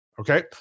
okay